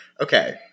Okay